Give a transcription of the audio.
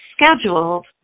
scheduled